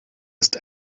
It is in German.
ist